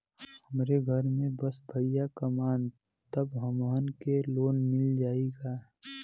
हमरे घर में बस भईया कमान तब हमहन के लोन मिल जाई का?